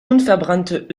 unverbrannte